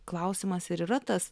klausimas ir yra tas